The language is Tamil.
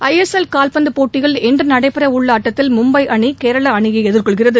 ஐ எஸ் எல் கால்பந்துப் போட்டியில் இன்று நடைபெற உள்ள ஆட்டத்தில் மும்பை அணி கேரள அணியை எதிர்கொள்கிறது